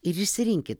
ir išsirinkit